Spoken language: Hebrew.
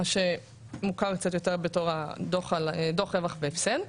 מה שמוכר קצת יותר בתור דו"ח רווח והפסד.